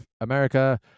america